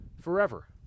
forever